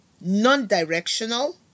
non-directional